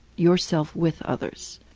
yourself with others.